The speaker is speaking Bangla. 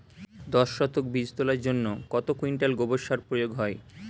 দশ শতক বীজ তলার জন্য কত কুইন্টাল গোবর সার প্রয়োগ হয়?